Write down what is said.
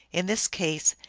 in this case,